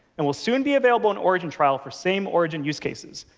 and will soon be available in origin trial for same-origin use cases.